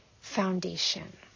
foundation